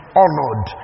honored